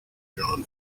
john